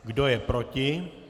Kdo je proti?